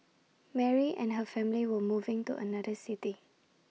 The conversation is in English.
Mary and her family were moving to another city